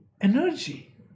Energy